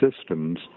systems